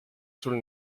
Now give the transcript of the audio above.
sul